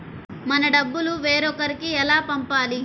మన డబ్బులు వేరొకరికి ఎలా పంపాలి?